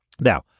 now